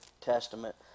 Testament